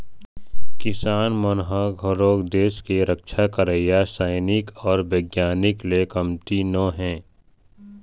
किसान मन ह घलोक देस के रक्छा करइया सइनिक अउ बिग्यानिक ले कमती नो हे